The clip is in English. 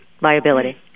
Liability